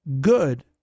good